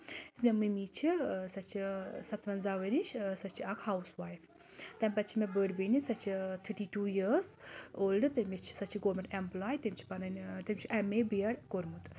یُس مےٚ مٔمی چھِ سۄ چھِ سَتوَنٛزاہ ؤرِش سۄ چھِ اَکھ ہاوُس وایف تَمہِ پَتہٕ چھِ مےٚ بٔڑ بیٚنہِ سۄ چھِ تھٔٹی ٹوٗ یَیٲرٕس اولڈٕ تٔمِس چھِ سۄ چھِ گورمینٹ ایٚمپٕلاے تٔمِس چھِ پَنٕنۍ تٔمِس چھُ ایم اے بی ایڈ کوٚرمُت